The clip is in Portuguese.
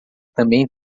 também